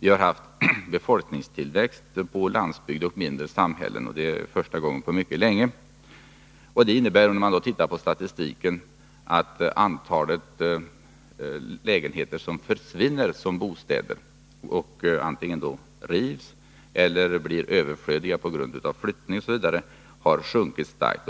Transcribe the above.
Vi har för första gången på mycket länge haft en befolkningstillväxt på landsbygden och i mindre samhällen. Statistiken visar att det har inneburit att det antal lägenheter som, till följd av att de rivs eller blir överflödiga på grund av flyttning, försvinner som bostäder har sjunkit starkt.